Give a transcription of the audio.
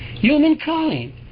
humankind